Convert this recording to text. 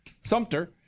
Sumter